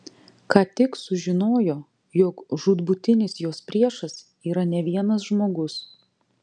ką tik sužinojo jog žūtbūtinis jos priešas yra ne vienas žmogus